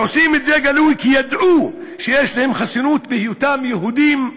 עושים את זה גלוי כי יודעים שיש להם חסינות בהיותם יהודים.